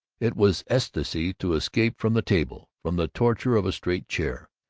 it was ecstasy to escape from the table, from the torture of a straight chair,